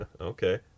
Okay